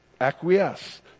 acquiesce